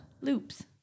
loops